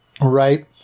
Right